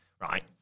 Right